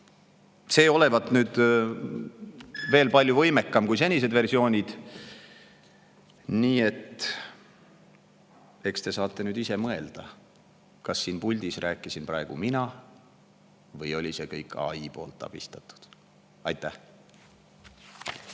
See olevat nüüd palju võimekam kui senised versioonid. Nii et eks te saate ise mõelda, kas siin puldis rääkisin praegu mina või oli see kõik AI poolt abistatud. Aitäh!